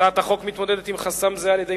הצעת החוק מתמודדת עם חסם זה על-ידי